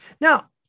Now